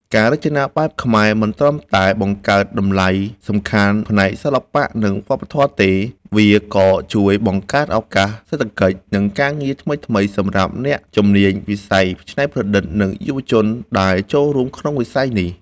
ការរចនាបែបខ្មែរមិនត្រឹមតែបង្កើតតម្លៃសំខាន់ផ្នែកសិល្បៈ និងវប្បធម៌ទេ វាក៏ជួយបង្កើតឱកាសសេដ្ឋកិច្ច និងការងារថ្មីៗសម្រាប់អ្នកជំនាញវិស័យច្នៃប្រឌិត និងយុវជនដែលចូលរួមក្នុងវិស័យនេះ។